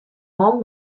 man